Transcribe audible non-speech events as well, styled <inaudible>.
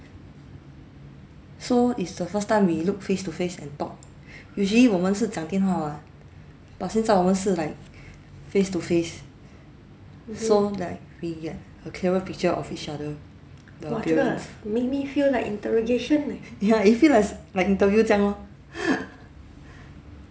so it's the first time we look face to face and talk usually 我们是讲电话 [what] but 现在我们是 like face to face so like we get a clearer picture of each other the appearance ya it feel like like interview 这样哦 <laughs>